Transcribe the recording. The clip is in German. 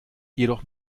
jedoch